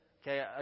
okay